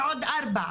ועוד ארבע,